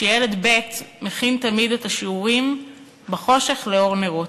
וילד ב' מכין תמיד את השיעורים בחושך, לאור נרות.